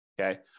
Okay